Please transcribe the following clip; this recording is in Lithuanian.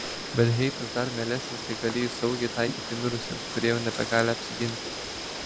bet heitas dar mielesnis kai gali jį saugiai taikyti mirusiems kurie jau nebegali apsiginti